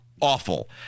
awful